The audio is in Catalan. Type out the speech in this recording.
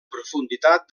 profunditat